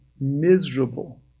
miserable